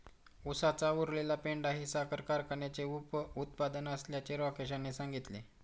उसाचा उरलेला पेंढा हे साखर कारखान्याचे उपउत्पादन असल्याचे राकेश यांनी सांगितले